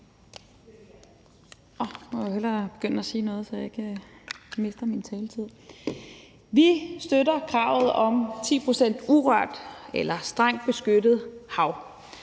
Vi støtter kravet om 10 pct. urørt eller strengt beskyttet hav.